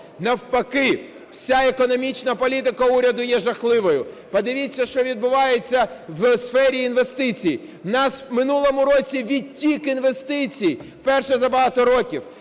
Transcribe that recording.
Навпаки, вся економічна політика уряду є жахливою. Подивіться, що відбувається в сфері інвестицій. У нас в минулому році відтік інвестицій вперше за багато років.